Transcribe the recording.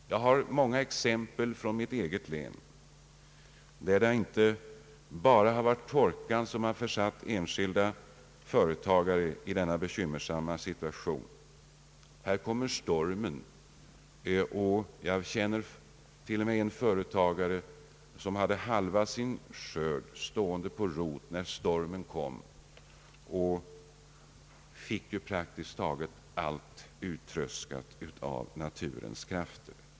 Jag har många exempel från mitt eget län, där det inte bara har varit torkan utan även stormen som försatt enskilda företagare i denna bekymmersamma situation. Jag känner till en företagare som hade hälften av sin skörd stående på rot när stormen kom, och han fick praktiskt taget allt uttröskat av naturens krafter.